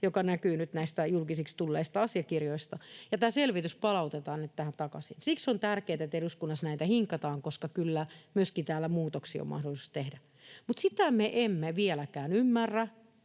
mikä näkyy nyt näistä julkisiksi tulleista asiakirjoista. Tämä selvitys palautetaan nyt tähän takaisin, ja siksi on tärkeätä, että eduskunnassa näitä hinkataan, koska kyllä täällä myöskin muutoksia on mahdollista tehdä. Mutta sitä me emme vieläkään ymmärrä,